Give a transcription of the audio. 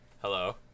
Hello